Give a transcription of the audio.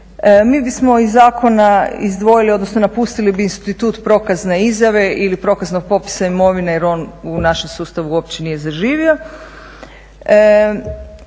Mi bismo iz zakona izdvojili, odnosno napustili bi institut prokazne izjave ili prokaznog popisa imovine jer on u našem sustavu uopće nije zaživio.